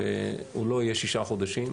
שזה לא יהיה שישה חודשים,